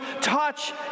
touch